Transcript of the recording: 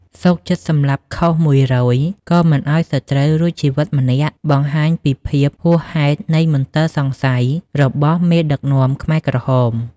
សុខចិត្តសម្លាប់ខុស ១០០ ក៏មិនឱ្យសត្រូវរួចជីវិតម្នាក់បង្ហាញពីភាពហួសហេតុនៃមន្ទិលសង្ស័យរបស់មេដឹកនាំខ្មែរក្រហម។